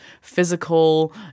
physical